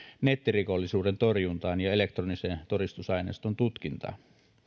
nettirikollisuuden torjuntaan ja elektronisen todistusaineiston tutkintaan